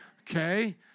Okay